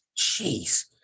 Jeez